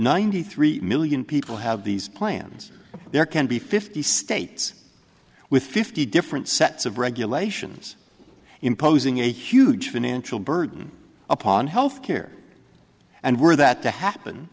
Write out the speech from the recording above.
ninety three million people have these plans there can be fifty states with fifty different sets of regulations imposing a huge financial burden upon health care and were that to happen